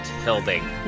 Hilding